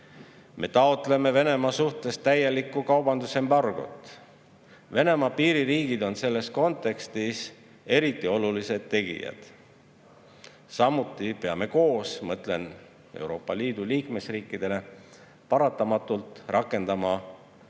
Me taotleme Venemaa suhtes täielikku kaubandusembargot. Venemaa piiririigid on selles kontekstis eriti olulised tegijad. Samuti peame koos – ma mõtlen Euroopa Liidu liikmesriike – paratamatult rakendama tõhusamaid